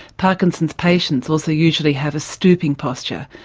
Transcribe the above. parkinson's patients also usually have a stooping posture,